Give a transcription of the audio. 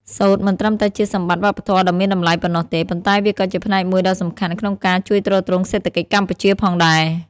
សូត្រមិនត្រឹមតែជាសម្បត្តិវប្បធម៌ដ៏មានតម្លៃប៉ុណ្ណោះទេ ប៉ុន្តែវាក៏ជាផ្នែកមួយដ៏សំខាន់ក្នុងការជួយទ្រទ្រង់សេដ្ឋកិច្ចកម្ពុជាផងដែរ។